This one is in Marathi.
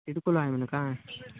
दरकोला आणू नका